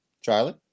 Charlie